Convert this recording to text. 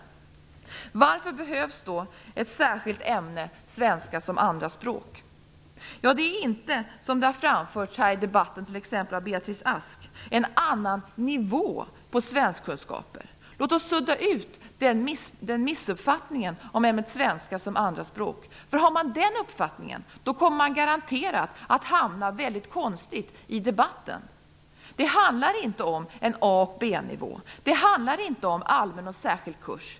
Varför behövs då ett särskilt ämne, svenska som andraspråk? Det är inte, som har framförts här i debatten, t.ex. av Beatrice Ask, fråga om en annan nivå på svenskkunskaper. Låt oss sudda ut den missuppfattningen om ämnet svenska som andraspråk. Har man den uppfattningen kommer man garanterat att hamna väldigt konstigt i debatten. Det handlar inte om en A och en B-nivå. Det handlar inte om allmän och särskild kurs.